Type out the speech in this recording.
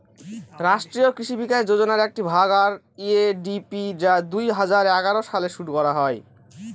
রাষ্ট্রীয় কৃষি বিকাশ যোজনার একটি ভাগ আর.এ.ডি.পি যা দুই হাজার এগারো সালে শুরু করা হয়